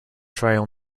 trail